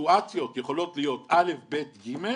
שהסיטואציות יכולות להיות א', ב', ג',